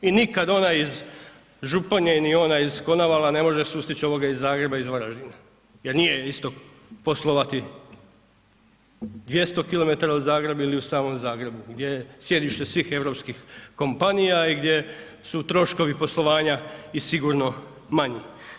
I nikad onaj iz Županje ni onaj iz Konavala ne može sustići ovoga iz Zagreba i iz Varaždina jer nije isto poslovati 200km od Zagreba ili u samom Zagrebu gdje je sjedište svih europskih kompanija i gdje su troškovi poslovanja i sigurno manji.